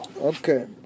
Okay